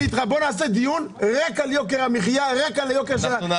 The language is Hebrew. בעיקר בקרב האוכלוסיות החלשות.